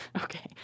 Okay